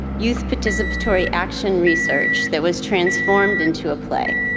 youth participatory action research that was transformed into a play.